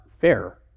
fair